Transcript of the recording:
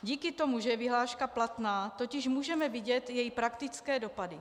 Díky tomu, že je vyhláška platná, totiž můžeme vidět její praktické dopady.